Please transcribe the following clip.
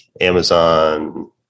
Amazon